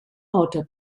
auto